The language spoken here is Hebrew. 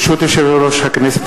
ברשות יושב-ראש הכנסת,